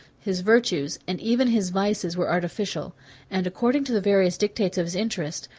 his virtues, and even his vices, were artificial and according to the various dictates of his interest,